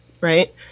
right